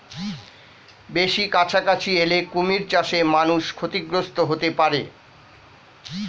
বেশি কাছাকাছি এলে কুমির চাষে মানুষ ক্ষতিগ্রস্ত হতে পারে